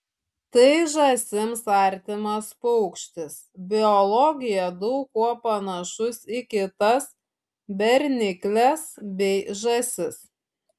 tai žąsims artimas paukštis biologija daug kuo panašus į kitas bernikles bei žąsis